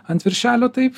ant viršelio taip